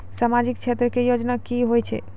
समाजिक क्षेत्र के योजना की होय छै?